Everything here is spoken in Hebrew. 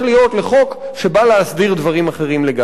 לחוק שבא להסדיר דברים אחרים לגמרי.